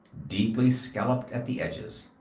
deeply scalloped at the edges.